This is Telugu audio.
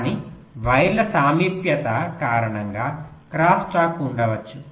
కానీ వైర్ల సామీప్యత కారణంగా క్రాస్ టాక్ ఉండవచ్చు